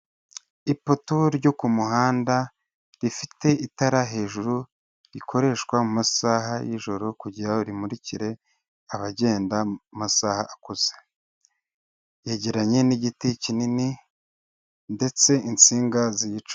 Ipoto ryo ku muhanda, rifite itara hejuru rikoreshwa mu masaha y'ijoro, kugira ngo rimurikire abagenda mu masaha akuze, yegeranye n'igiti kinini ndetse insinga ...